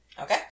Okay